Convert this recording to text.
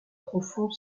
profond